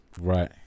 Right